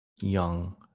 young